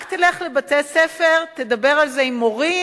רק תלך לבתי-ספר ותדבר על זה עם מורים,